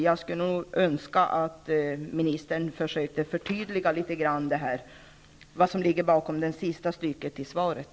Jag skulle önska att ministern ville försöka förtydliga något vad som ligger bakom det som sägs i sista stycket i svaret.